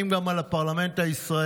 אם גם על הפרלמנט הישראלי.